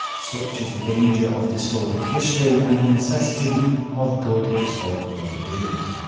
such is the danger of distorted history, and the necessity of good historical revision.